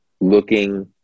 looking